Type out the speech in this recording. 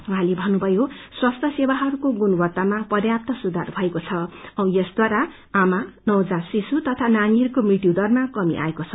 वहाँले भन्नुभयो स्वास्थ्य सेवाहरूको गुणवत्तामा पर्याप्त सुधार भएको छ औ यसद्वारा आमा नवजात शिशु तथा नानीहरूको मृत्यु दरमा कमि आएको छ